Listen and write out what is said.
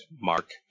Mark